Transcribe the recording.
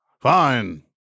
Fine